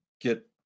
get